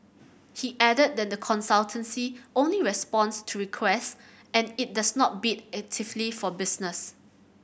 he added that the consultancy only responds to requests and it does not bid actively for business